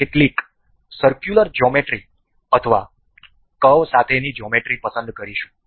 આપણે કેટલીક circular geometry અથવા કર્વ સાથેની જ્યોમેટ્રી પસંદ કરીશું